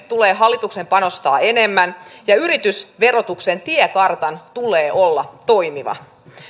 tulee panostaa enemmän tuotekehitykseen ja yritysverotuksen tiekartan tulee olla toimiva